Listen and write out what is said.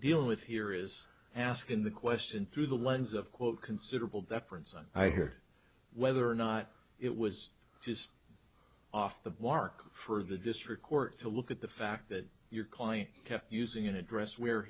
dealing with here is asking the question through the lens of quote considerable deference on i hear whether or not it was just off the mark for the district court to look at the fact that your client kept using an address where